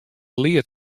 leard